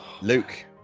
Luke